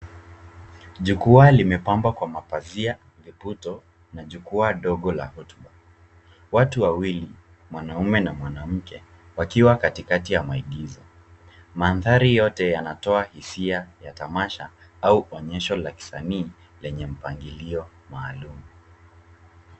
Jukwaa limepambwa kwa mapazia viputo na jukwaa ndogo la hotuba. Watu wawili mwanaume na mwanamke, wakiwa katikati ya maigizo. Mandhari yote yanatoa hisia la tamasha au onyesho la kisanii lenye mpangilio maalum.